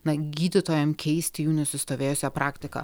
na gydytojam keist jų nusistovėjusią praktiką